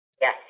Yes